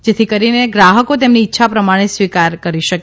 જેથી કરીને ગ્રાહકો તેમની ઇચ્છા પ્રમાણે સ્વીકારી શકે